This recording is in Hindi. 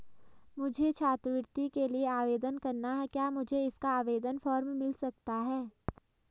मुझे छात्रवृत्ति के लिए आवेदन करना है क्या मुझे इसका आवेदन फॉर्म मिल सकता है?